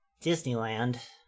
Disneyland